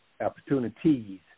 opportunities